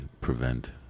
prevent